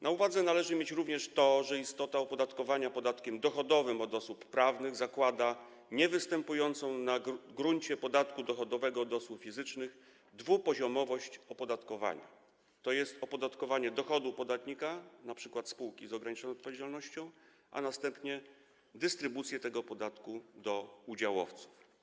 Na uwadze należy mieć również to, że istota opodatkowania podatkiem dochodowym od osób prawnych zakłada niewystępującą na gruncie podatku dochodowego od osób fizycznych dwupoziomowość opodatkowania, tj. opodatkowanie dochodu podatnika, np. spółki z ograniczoną odpowiedzialnością, a następnie dystrybucję tego podatku do udziałowców.